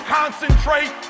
concentrate